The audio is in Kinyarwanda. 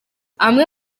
amwe